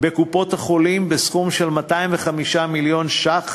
בקופות-החולים בסכום של 205 מיליון ש"ח